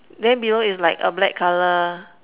then below is like a black colour